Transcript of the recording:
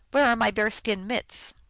where are my bear-skin mitts?